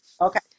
okay